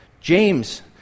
James